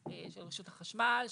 של רשות החשמל,